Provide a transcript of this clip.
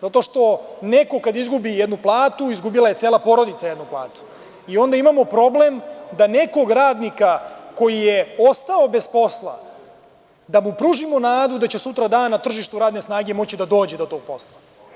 zato što neko kada izgubi jednu platu, to je izgubila cela porodica jednu platu i onda imamo problem da nekog radnika koji je ostao bez posla, da mu pružimo nadu da će sutra na tržištu radne snage već moći da dođe do tog posla.